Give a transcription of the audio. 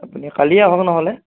আপুনি কালি আহক নহ'লে